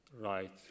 right